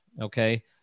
okay